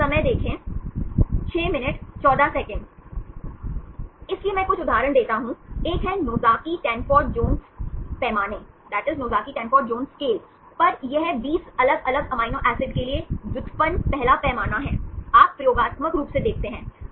इसलिए मैं कुछ उदाहरण देता हूं एक है नोज़ाकी टैनफोर्ड जोन्स पैमाने पर यह 20 अलग अलग अमीनो एसिड के लिए व्युत्पन्न पहला पैमाना है आप प्रयोगात्मक रूप से देखते हैं